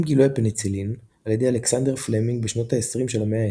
עם גילוי הפניצילין על ידי אלכסנדר פלמינג בשנות ה-20 של המאה ה-20,